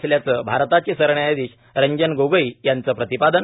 असल्याचं भारताचे सरन्यायाधिश रंजन गोगोई यांचं प्रतिपादन